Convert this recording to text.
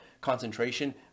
concentration